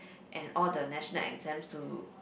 and all the national exams to